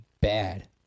bad